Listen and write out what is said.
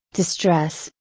distress,